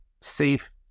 safe